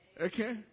Okay